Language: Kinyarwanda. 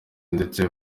ndetse